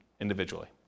individually